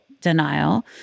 denial